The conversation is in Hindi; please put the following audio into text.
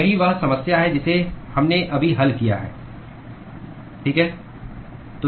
यही वह समस्या है जिसे हमने अभी हल किया है ठीक है